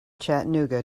chattanooga